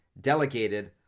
delegated